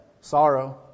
sorrow